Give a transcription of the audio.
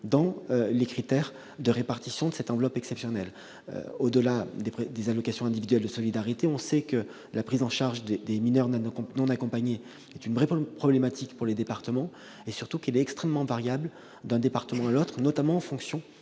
dans les critères de répartition de cette enveloppe exceptionnelle. Au-delà des AIS, on sait que la prise en charge des mineurs non accompagnés est un vrai problème pour les départements. Surtout, elle est extrêmement variable d'un département à l'autre, notamment en fonction